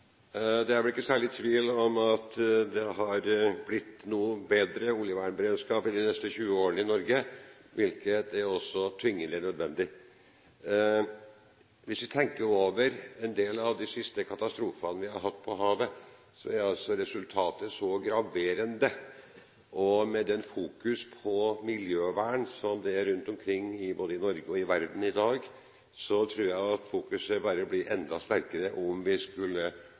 posisjonen her. Det er veldig gledelig at vi får slik skryt fra representanten Hoksrud, for det er, som sagt, ikke hverdagskost. Det er vel ikke særlig tvil om at oljevernberedskapen har blitt noe bedre de siste 20 årene i Norge, hvilket også har vært tvingende nødvendig. Hvis vi tenker over en del av de siste katastrofene vi har hatt på havet, er resultatet graverende. Med det fokuset på miljøvern som vi har rundt omkring, både i Norge og i verden, i dag, tror jeg at fokuset bare blir enda sterkere om vi skulle